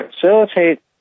facilitate